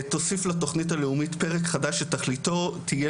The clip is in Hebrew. תוסיף לתכנית הלאומית פרק חדש שתכליתו תהיה